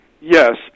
yes